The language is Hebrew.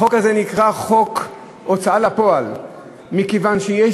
החוק הזה נקרא חוק ההוצאה לפועל מכיוון שיש